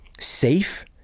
safe